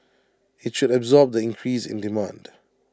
IT should absorb the increase in demand